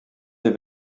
les